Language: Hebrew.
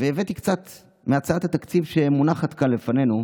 והבאתי קצת מהצעת התקציב שמונחת כאן לפנינו,